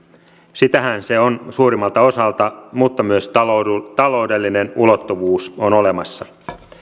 sitähän se on suurimmalta osalta mutta myös taloudellinen ulottuvuus on olemassa